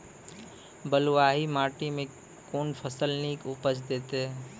बलूआही माटि मे कून फसल नीक उपज देतै?